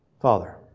Father